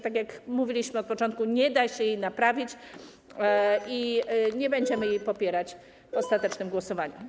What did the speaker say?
Tak jak mówiliśmy od początku, nie da się jej naprawić i nie będziemy jej popierać w ostatecznym głosowaniu.